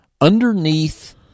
underneath